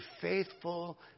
faithful